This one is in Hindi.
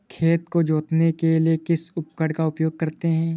खेत को जोतने के लिए किस उपकरण का उपयोग करते हैं?